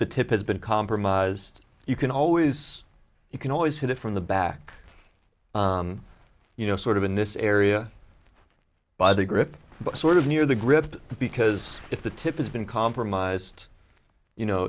the tip has been compromised you can always you can always hit it from the back you know sort of in this area by the grip sort of near the grid because if the tip is been compromised you know